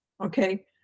Okay